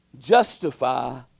justify